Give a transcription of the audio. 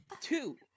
Two